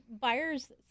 buyers